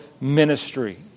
ministry